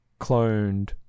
cloned